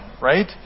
right